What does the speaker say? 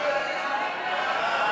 סעיף 68,